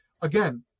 again